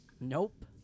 Nope